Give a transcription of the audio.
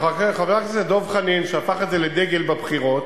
וחבר הכנסת דב חנין, שהפך את זה לדגל בבחירות,